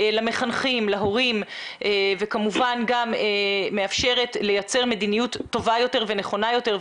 למחנכים וכמובן גם מאפשרת לייצר מדיניות טובה יותר ונכונה יותר.